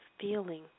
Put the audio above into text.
feeling